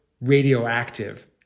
radioactive